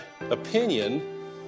opinion